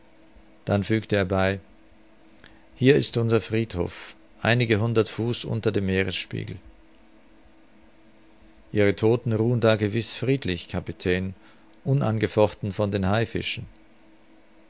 dann fügte er bei hier ist unser friedhof einige hundert fuß unter dem meeresspiegel ihre todten ruhen da gewiß friedlich kapitän unangefochten von den haifischen